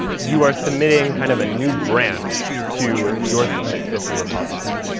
you are submitting kind of a new branch to your submit fifty repository.